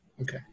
Okay